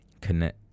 connect